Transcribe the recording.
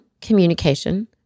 communication